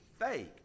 fake